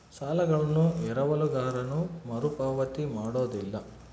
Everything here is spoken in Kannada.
ಸಾಲಗಳನ್ನು ಎರವಲುಗಾರನು ಮರುಪಾವತಿ ಮಾಡೋದಿಲ್ಲ